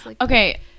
Okay